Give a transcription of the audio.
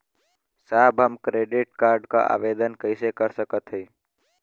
साहब हम credit card क आवेदन कइसे कर सकत हई?